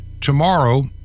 tomorrow